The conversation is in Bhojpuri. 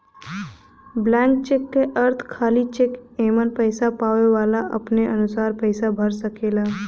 ब्लैंक चेक क अर्थ खाली चेक एमन पैसा पावे वाला अपने अनुसार पैसा भर सकेला